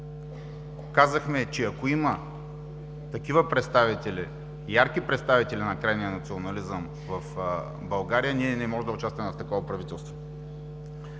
Казахме, че ако има ярки представители на крайния национализъм в България, ние не можем да участваме в такова правителство.